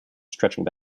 stretching